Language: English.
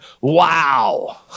wow